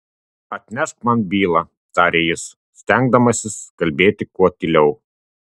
atnešk man bylą tarė jis stengdamasis kalbėti kuo tyliau